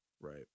Right